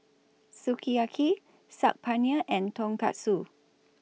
Sukiyaki Saag Paneer and Tonkatsu